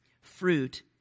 Fruit